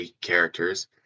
characters